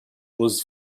was